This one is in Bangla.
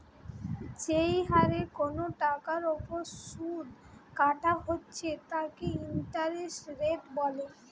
যেই হরে কোনো টাকার ওপর শুধ কাটা হইতেছে তাকে ইন্টারেস্ট রেট বলে